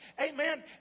Amen